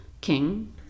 king